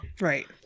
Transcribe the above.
right